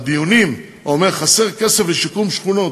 אומר בדיונים: חסר כסף לשיקום שכונות,